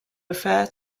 refer